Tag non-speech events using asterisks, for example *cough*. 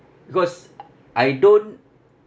because *noise* I don't